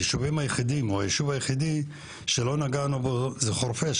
היישוב היחידי שלא נגענו בו זה חורפיש,